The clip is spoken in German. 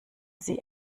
sie